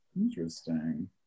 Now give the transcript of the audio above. Interesting